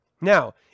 Now